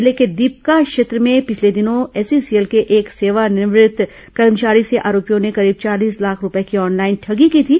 जिले के दीपका क्षेत्र में पिछले दिनों एसईसीएल के एक सेवानिवृत्त कर्मचारी से आरोपियों ने करीब चालीस लाख रूपये की ऑनलाइन ठगी की थी